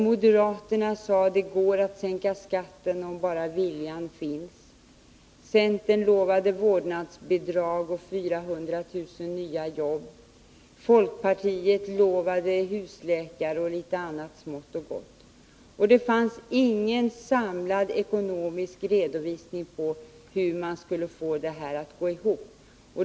Moderaterna sade: Det går att sänka skatten om bara viljan finns. Centern lovade vårdnadsbidrag och 400 000 nya jobb. Folkpartiet lovade husläkare och litet annat smått och gott, och det fanns ingen samlad ekonomisk redovisning för hur man skulle få det hela att gå ihop.